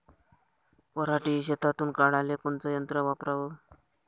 पराटी शेतातुन काढाले कोनचं यंत्र वापराव?